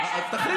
כן, תכנסו, קדימה.